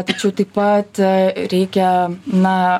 tačiau taip pat reikia na